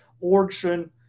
origin